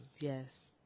Yes